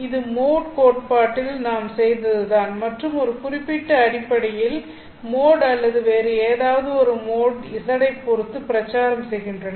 இது மோட் கோட்பாட்டில் நாம் செய்தது தான் மற்றும் ஒரு குறிப்பிட்ட அடிப்படை மோட் அல்லது வேறு ஏதாவது ஒரு மோட் z ஐப் பொறுத்து பிரச்சாரம் செய்கின்றன